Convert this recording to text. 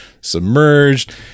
submerged